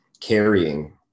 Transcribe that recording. carrying